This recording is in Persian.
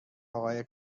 آقای